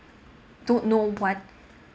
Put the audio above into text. don't know what